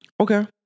Okay